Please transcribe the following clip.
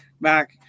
back